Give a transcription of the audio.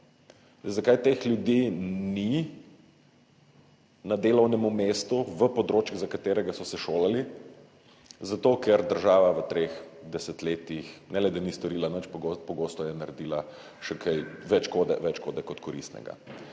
Zakaj teh ljudi ni na delovnem mestu v področjih, za katerega so se šolali? Zato, ker država v treh desetletjih ne le da ni storila nič, pogosto je naredila še kaj več škode kot koristnega.